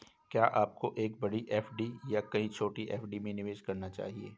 क्या आपको एक बड़ी एफ.डी या कई छोटी एफ.डी में निवेश करना चाहिए?